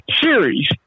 series